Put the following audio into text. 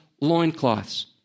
loincloths